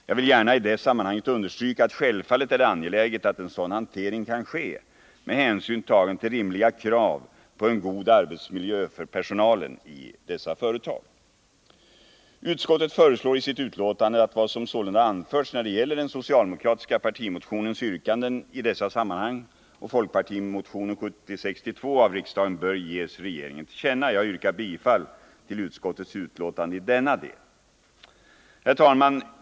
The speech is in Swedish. Jag vill i det sammanhanget gärna understryka att det självfallet är angeläget att en sådan hantering kan ske med hänsyn tagen till rimliga krav på en god arbetsmiljö för personalen i detta företag. Utskottet föreslår i sitt betänkande att vad som sålunda anförts när det gäller den socialdemokratiska partimotionens yrkanden i detta sammanhang och folkpartimotionen 1762 av riksdagen bör ges regeringen till känna. Jag yrkar bifall till utskottets hemställan i denna del. Herr talman!